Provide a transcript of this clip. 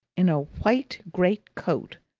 in a white great-coat,